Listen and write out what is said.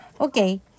Okay